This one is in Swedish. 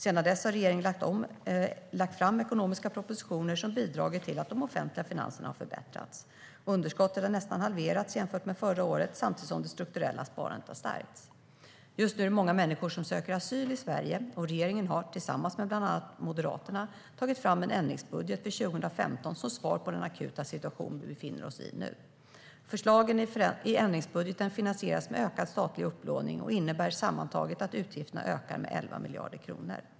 Sedan dess har regeringen lagt fram ekonomiska propositioner som har bidragit till att de offentliga finanserna har förbättrats. Underskottet har nästan halverats jämfört med förra året samtidigt som det strukturella sparandet har stärkts. Just nu är det många människor som söker asyl i Sverige. Regeringen har, tillsammans med bland andra Moderaterna, tagit fram en ändringsbudget för 2015 som svar på den akuta situation vi befinner oss i. Förslagen i ändringsbudgeten finansieras med ökad statlig upplåning och innebär sammantaget att utgifterna ökar med 11 miljarder kronor.